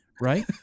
Right